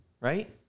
right